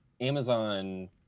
Amazon